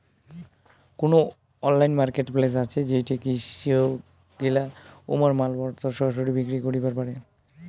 কুনো online marketplace আছে যেইঠে কৃষকগিলা উমার মালপত্তর সরাসরি বিক্রি করিবার পারে?